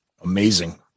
Amazing